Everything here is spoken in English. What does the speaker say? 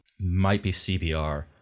might-be-CBR